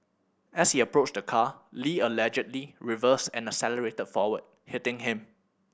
as he approached the car Lee allegedly reversed and accelerated forward hitting him